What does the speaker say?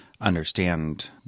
understand